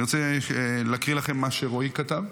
אני רוצה להקריא לכם מה שרועי כתב.